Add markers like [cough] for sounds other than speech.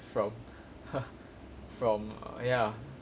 from [laughs] from err ya